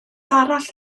arall